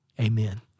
Amen